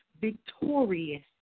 victorious